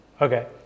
Okay